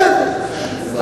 בסדר.